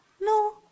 No